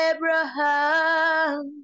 Abraham